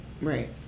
Right